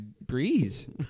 breeze